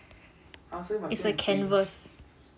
it's a canvas